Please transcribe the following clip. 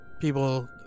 people